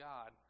God